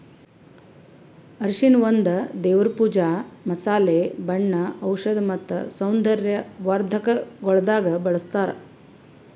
ಅರಿಶಿನ ಒಂದ್ ದೇವರ್ ಪೂಜಾ, ಮಸಾಲೆ, ಬಣ್ಣ, ಔಷಧ್ ಮತ್ತ ಸೌಂದರ್ಯ ವರ್ಧಕಗೊಳ್ದಾಗ್ ಬಳ್ಸತಾರ್